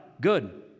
Good